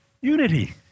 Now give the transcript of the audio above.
Unity